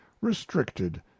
restricted